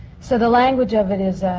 so the language of it is.